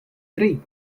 three